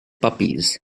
puppies